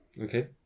Okay